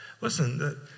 Listen